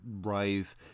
rise